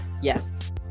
yes